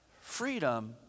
Freedom